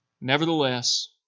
Nevertheless